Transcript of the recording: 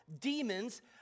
demons